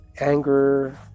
anger